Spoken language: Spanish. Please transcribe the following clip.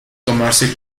tomarse